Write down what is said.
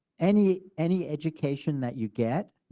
any any education that you get,